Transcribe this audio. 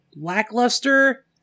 lackluster